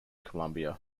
columbia